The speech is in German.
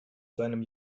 seinem